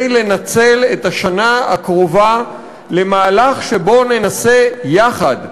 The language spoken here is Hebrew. לנצל את השנה הקרובה למהלך שבו ננסה יחד,